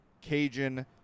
cajun